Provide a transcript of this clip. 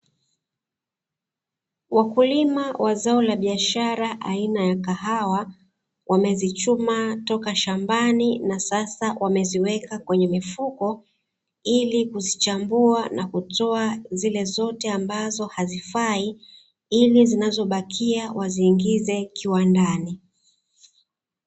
Wakulima wa zao la biashara aina ya kahawa, wamezichuma toka shambani na sasa wameziweka kwenye mifuko, ili kuzichambua na kutoa zile zote ambazo hazifai ili zinazobakia waziingize kiwandani.